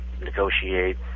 negotiate